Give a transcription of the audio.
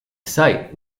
site